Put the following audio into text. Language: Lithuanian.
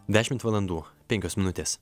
dešimt valandų penkios minutės